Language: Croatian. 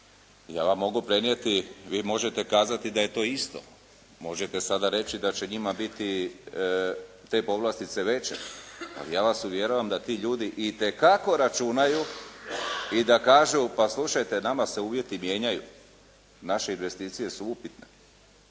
Ja vam mogu prenijeti, vi možete kazati da je to isto, možete sada reći da će njima biti te povlastice veće, ali ja vas uvjeravam da ti ljudi itekako računaju i da kažu, pa slušajte, nama se uvjeti mijenjaju, naše investicije su upitne.